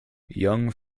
young